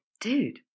dude